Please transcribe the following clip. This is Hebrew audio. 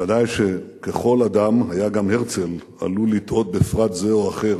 ודאי שככל אדם היה גם הרצל עלול לטעות בפרט זה או אחר,